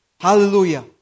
Hallelujah